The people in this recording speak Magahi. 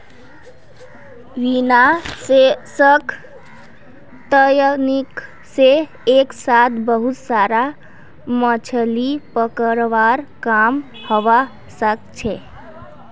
विनाशक तकनीक से एक साथ बहुत सारा मछलि पकड़वार काम हवा सके छे